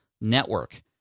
network